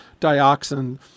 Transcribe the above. dioxin